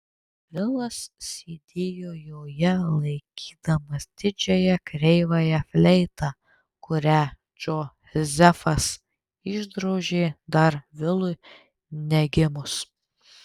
vilas sėdėjo joje laikydamas didžiąją kreivąją fleitą kurią džozefas išdrožė dar vilui negimus